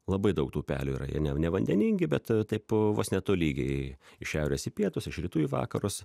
labai daug tų upelių yra jie ne nevandeningi bet taip vos netolygiai iš šiaurės į pietus iš rytų į vakarus